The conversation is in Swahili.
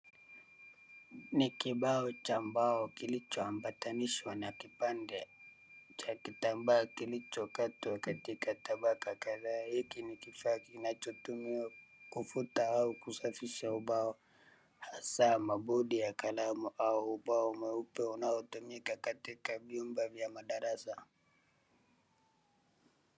Ni kibao cha mbao kilichoambatanishwa na kipande cha kitambaa kilichokatwa katika tabaka kadhaa. Hiki ni kifaa kinachotumiwa kufuta au kusafisha ubao, hasaa mabodi ya kalamu au ubao mweupe unaotumika katika vyumba vya madarasa.